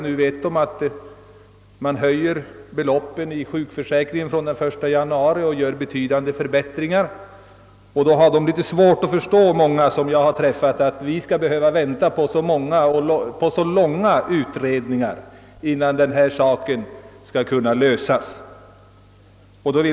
De vet att man höjer beloppen i sjukförsäkringen från den 1 januari, och de har svårt att förstå att de skall behöva vänta på långa utredningar innan denna fråga kan lösas.